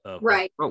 Right